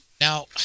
Now